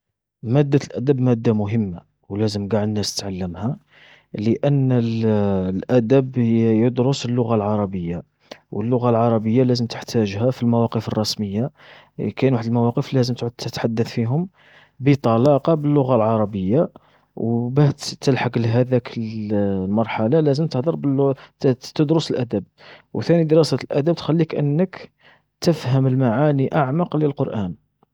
مادة الأدب مادة مهمة، و لازم قاعد الناس تتعلمها. لأن الأدب ي-يدرس اللغة العربية، و اللغة العربية لازم تحتاجها في المواقف الرسمية، كاين واحد المواقف لازم تعود تتحدث فيهم بطلاقة باللغة العربية، و باه ت-تلحق لهذاك المرحلة لازم تهدر بال تدرس الأدب. و ثاني دراسة الأدب تخليك أنك تفهم المعاني أعمق للقرآن.